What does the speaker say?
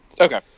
Okay